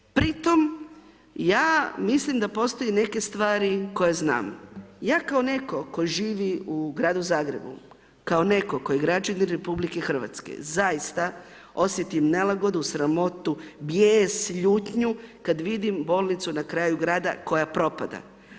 Pri tome, ja mislim da postoje neke stvari koje znam, ja kao netko tko živi u Gradu Zagrebu, kao netko tko je građanin RH zaista osjetim nelagodu, sramotu, bijes, ljutnju kad vidim bolnicu na kraju grada koja propada.